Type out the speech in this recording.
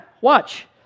Watch